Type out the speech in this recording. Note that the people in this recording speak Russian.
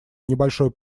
небольшой